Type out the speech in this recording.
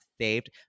saved